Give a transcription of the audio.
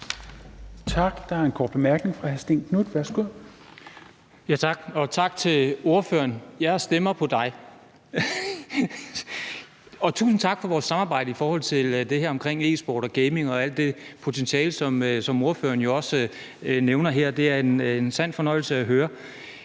Tak. Der er en kort bemærkning fra hr. Stén Knuth. Værsgo. Kl. 17:21 Stén Knuth (V): Tak. Og tak til ordføreren – jeg stemmer på dig! Og tusind tak for vores samarbejde om det her med e-sport og gaming og alt det potentiale, som ordføreren jo også nævner her. Det er en sand fornøjelse at høre.